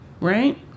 right